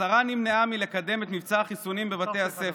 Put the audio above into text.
"השרה נמנעה מלקדם את מבצע החיסונים בבתי הספר",